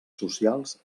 socials